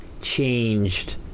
changed